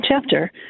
chapter